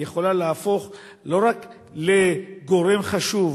היא יכולה להפוך לא רק לגורם חשוב